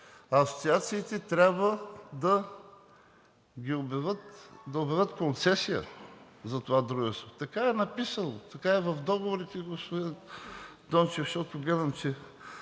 а асоциациите трябва да обявят концесия за това дружество. Така е написано, така е в договорите, господин Донев, защото гледам, че